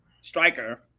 striker